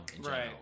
Right